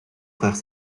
frères